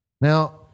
Now